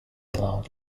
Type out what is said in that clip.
allowed